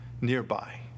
nearby